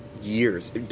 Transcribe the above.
years